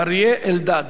אריה אלדד.